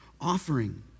offering